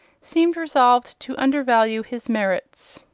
seemed resolved to undervalue his merits.